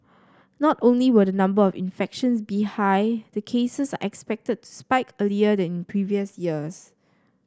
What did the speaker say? not only will the number of infections be high the cases are expected to spike earlier than in previous years